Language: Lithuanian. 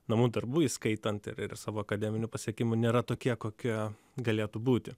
namų darbų įskaitant ir savo akademinių pasiekimų nėra tokie kokie galėtų būti